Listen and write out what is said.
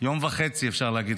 יום וחצי אפשר להגיד.